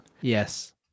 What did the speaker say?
Yes